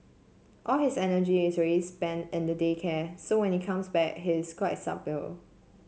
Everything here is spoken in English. all his energy is already spent in the day care so when he comes back he is quite subdued